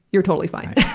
you're totally fine.